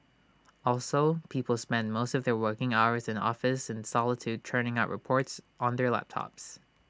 also people spend most of their working hours in office in solitude churning out reports on their laptops